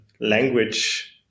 language